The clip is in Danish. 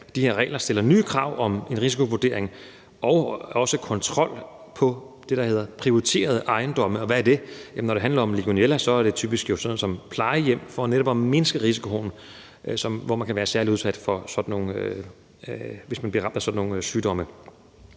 De her regler stiller nye krav om en risikovurdering og også kontrol af det, der hedder prioriterede ejendomme. Hvad er det? Når det handler om legionella, er det jo typisk sådan noget som plejehjem. Kravene stilles netop for at mindske risikoen der, hvor man kan være særlig udsat for at blive ramt af sådan nogle sygdomme.